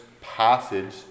passage